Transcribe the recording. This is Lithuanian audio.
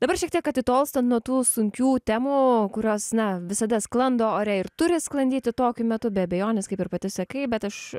dabar šiek tiek atitolsta nuo tų sunkių temų kurios na visada sklando ore ir turi sklandyti tokiu metu be abejonės kaip ir pati sakai bet aš